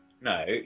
No